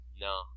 No